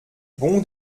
bon